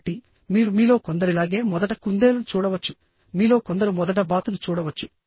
కాబట్టి మీరు మీలో కొందరిలాగే మొదట కుందేలును చూడవచ్చు మీలో కొందరు మొదట బాతును చూడవచ్చు